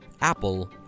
apple